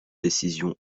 décision